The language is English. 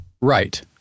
Right